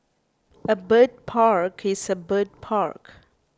a bird park is a bird park